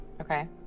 Okay